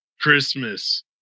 Christmas